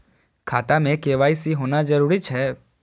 खाता में के.वाई.सी होना जरूरी छै?